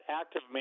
active